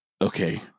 okay